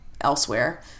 elsewhere